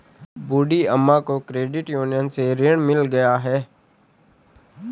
बूढ़ी अम्मा को credit union से ऋण मिल गया है